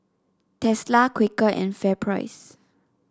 Tesla Quaker and FairPrice